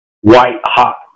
white-hot